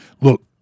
look